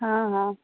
ہاں ہاں